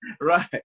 right